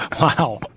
Wow